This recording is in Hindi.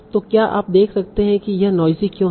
तो क्या आप देख सकते हैं कि यह नोइज़ी क्यों है